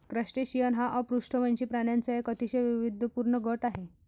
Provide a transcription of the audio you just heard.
crustacean हा अपृष्ठवंशी प्राण्यांचा एक अतिशय वैविध्यपूर्ण गट आहे